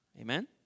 Amen